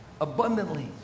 abundantly